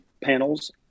panels